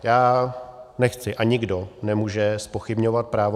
Já nechci, a nikdo nemůže zpochybňovat právo